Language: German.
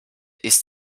ist